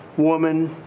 woman,